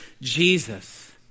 Jesus